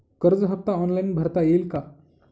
कर्ज हफ्ता ऑनलाईन भरता येईल का?